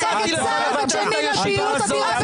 ------ הצעתי לך לבטל את הישיבה הזאת.